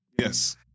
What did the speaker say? Yes